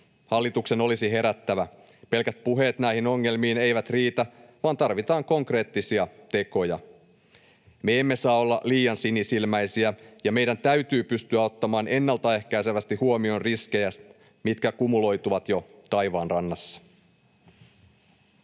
Hallituksen olisi herättävä. Pelkät puheet eivät riitä näihin ongelmiin, vaan tarvitaan konkreettisia tekoja. Me emme saa olla liian sinisilmäisiä, ja meidän täytyy pystyä ottamaan ennaltaehkäisevästi huomioon riskejä, mitkä kumuloituvat jo taivaanrannassa.